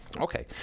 Okay